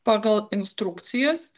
pagal instrukcijas